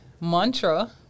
mantra